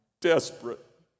desperate